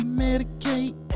medicate